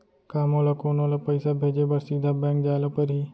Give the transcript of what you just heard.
का मोला कोनो ल पइसा भेजे बर सीधा बैंक जाय ला परही?